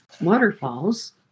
waterfalls